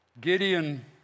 Gideon